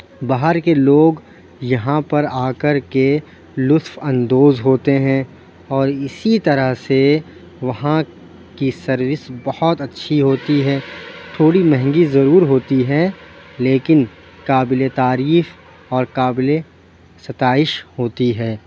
باہر کے لوگ یہاں پر آ کر کے لُطف اندوز ہوتے ہیں اور اِسی طرح سے وہاں کی سروس بہت اچھی ہوتی ہے تھوڑی مہنگی ضرور ہوتی ہے لیکن قابل تعریف اور قابل ستائش ہوتی ہے